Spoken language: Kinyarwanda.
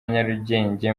nyarugenge